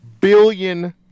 billion